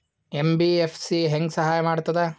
MBFC ಹೆಂಗ್ ಸಹಾಯ ಮಾಡ್ತದ?